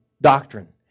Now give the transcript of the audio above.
doctrine